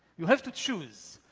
you have to choose,